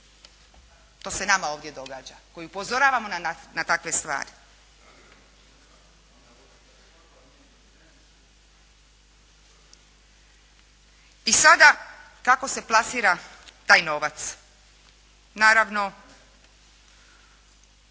To se nama ovdje događa koji upozoravamo na takve stvari. I sada, kako se plasira taj novac? Naravno